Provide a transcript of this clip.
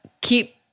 keep